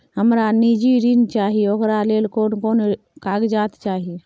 हमरा निजी ऋण चाही ओकरा ले कोन कोन कागजात चाही?